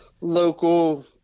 local